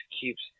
keeps